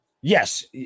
yes